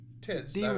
Tits